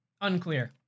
Unclear